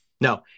No